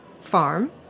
farm